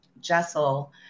Jessel